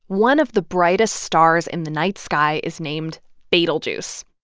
one of the brightest stars in the night sky is named betelgeuse.